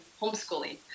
homeschooling